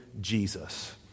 Jesus